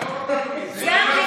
עזוב אותך מזה.